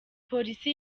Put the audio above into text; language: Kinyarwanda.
polisi